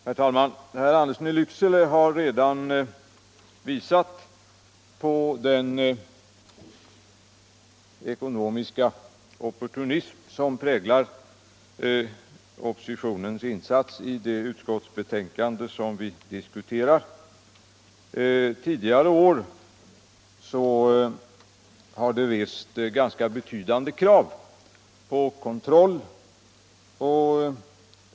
Herr talman! Herr Andersson i Lycksele har redan pekat på den ckonomiska opportunism som präglar oppositionens insats i det utskottsbetänkande som vi diskuterar. Tidigare år har oppositionen rest ganska betydande krav på kontroll.